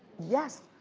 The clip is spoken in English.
yes.